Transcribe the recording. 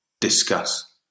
Discuss